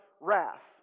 wrath